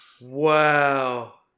Wow